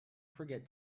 forget